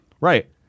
Right